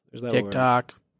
TikTok